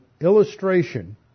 illustration